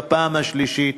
בפעם השלישית,